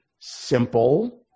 simple